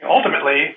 Ultimately